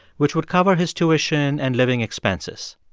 which would cover his tuition and living expenses.